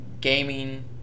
gaming